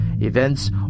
events